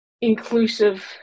inclusive